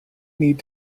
need